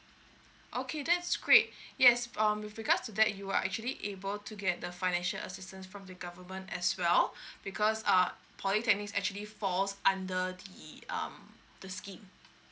okay that's great yes um with regards to that you are actually able to get the financial assistance from the government as well because uh polytechnics actually falls under the um the scheme